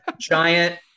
giant